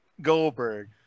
Goldberg